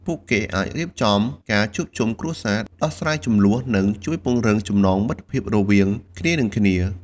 ពួកគេអាចរៀបចំការជួបជុំគ្រួសារ ដោះស្រាយជម្លោះ និងជួយពង្រឹងចំណងមិត្តភាពរវាងគ្នានិងគ្នា។